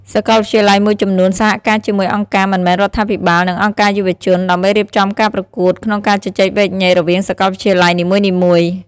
សាកលវិទ្យាល័យមួយចំនួនសហការជាមួយអង្គការមិនមែនរដ្ឋាភិបាល និងអង្គការយុវជន ដើម្បីរៀបចំការប្រកួតក្នុងការជជែកវែកញែករវាងសាកលវិទ្យាល័យនីមួយៗ។